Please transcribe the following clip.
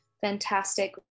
fantastic